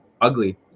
ugly